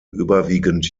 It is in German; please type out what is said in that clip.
überwiegend